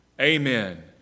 Amen